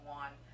one